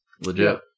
Legit